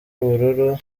ubururu